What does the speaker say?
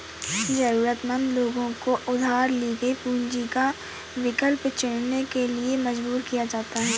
जरूरतमंद लोगों को उधार ली गई पूंजी का विकल्प चुनने के लिए मजबूर किया जाता है